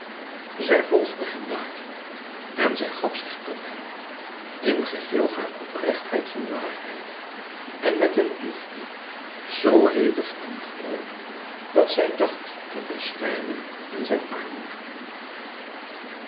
zij volgde hem daar en zij gaf zich aan hem in geheel hare oprechtheid van waarheid en met een liefde zoo hevig en groot dat zij dacht te bezwijmen in zijn armen